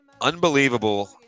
Unbelievable